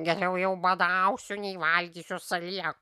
geriau jau badausiu nei valgysiu savyje